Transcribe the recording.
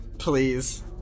Please